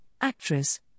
actress